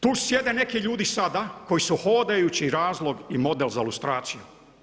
Tu sjede neki ljudi sad, koji su hodajući razlog i model za ilustraciju.